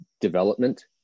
development